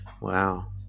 Wow